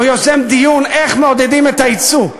או יוזם דיון איך מעודדים את הייצוא?